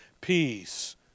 peace